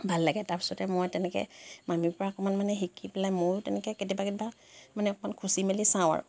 ভাল লাগে তাৰপিছতে মই তেনেকৈ মামীৰ পৰা অকণমান মানে শিকি পেলাই ময়ো তেনেকৈ কেতিয়াবা কেতিয়াবা মানে অকণমান খুচি মেলি চাওঁ আৰু